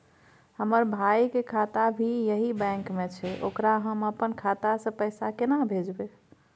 हमर भाई के खाता भी यही बैंक में छै ओकरा हम अपन खाता से पैसा केना भेजबै?